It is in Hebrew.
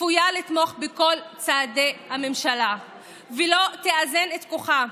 צפויה לתמוך בכל צעדי הממשלה ולא תאזן את כוחה,